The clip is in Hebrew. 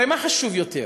הרי מה חשוב יותר,